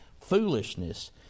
foolishness